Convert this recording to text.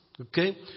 Okay